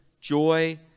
joy